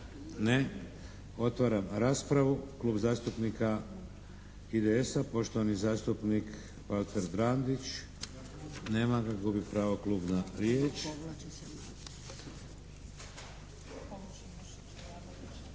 Ne. Otvaram raspravu. Klub zastupnika IDS-a, poštovani zastupnik Valter Drandić. Nema ga. Gubi pravo klub na riječ.